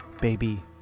baby